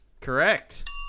Correct